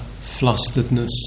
flusteredness